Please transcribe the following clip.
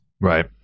Right